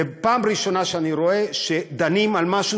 זו הפעם הראשונה שאני רואה שדנים במשהו